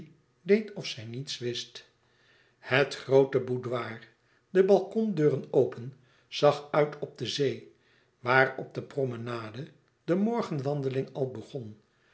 deed of zij niets wist het groote boudoir de balkondeuren open zag uit op de zee waar op de promenade de morgenwandeling al begon